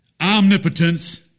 Omnipotence